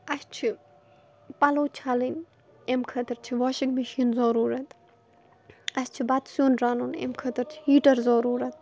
اَسہِ چھِ پَلو چھَلٕنۍ اَمۍ خٲطر چھِ واشنٛگ مِشیٖن ضٔروٗرتھ اَسہِ چھِ بتہٕ سیُن رَنُن اَمۍ خٲطر چھُ ہیٖٹَر ضٔروٗرتھ